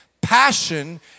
passion